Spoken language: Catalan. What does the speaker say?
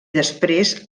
després